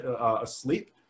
asleep